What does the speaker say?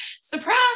surprise